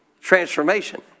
Transformation